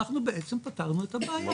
אנחנו בעצם פתרנו את הבעיה